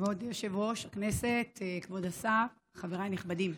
כבוד יושב-ראש הישיבה, כבוד השר, חבריי הנכבדים,